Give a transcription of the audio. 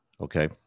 Okay